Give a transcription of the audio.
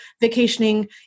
vacationing